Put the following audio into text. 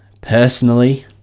personally